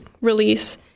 release